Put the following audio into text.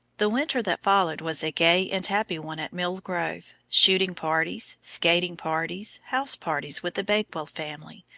the winter that followed was a gay and happy one at mill grove shooting parties, skating parties, house parties with the bakewell family,